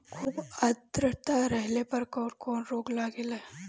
खुब आद्रता रहले पर कौन कौन रोग लागेला?